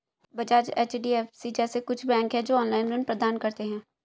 Bajaj, HDFC जैसे कुछ bank है, जो ऑनलाईन ऋण प्रदान करते हैं